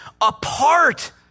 apart